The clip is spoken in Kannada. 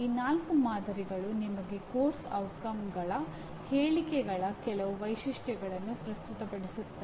ಈ ನಾಲ್ಕು ಮಾದರಿಗಳು ನಿಮಗೆ ಪಠ್ಯಕ್ರಮದ ಪರಿಣಾಮದ ಹೇಳಿಕೆಗಳ ಕೆಲವು ವೈಶಿಷ್ಟ್ಯಗಳನ್ನು ಪ್ರಸ್ತುತಪಡಿಸುತ್ತವೆ